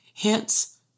Hence